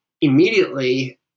immediately